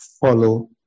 follow